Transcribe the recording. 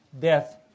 death